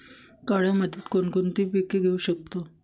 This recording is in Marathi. काळ्या मातीत कोणकोणती पिके घेऊ शकतो?